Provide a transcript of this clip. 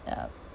uh